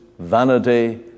vanity